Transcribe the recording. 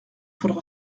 faudra